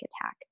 attack